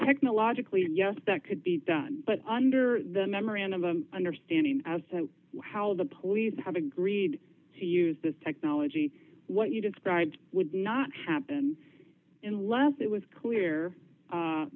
technologically yes that could be done but under the memorandum of understanding as to how the police have agreed to use this technology what you described would not happen unless it was clear